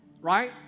right